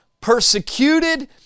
persecuted